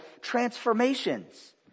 transformations